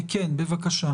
בבקשה.